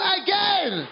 again